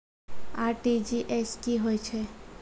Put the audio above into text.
RTGS की होय छै?